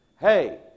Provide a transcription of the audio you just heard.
hey